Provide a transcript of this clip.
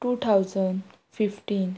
two thousand fifteen